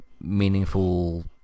meaningful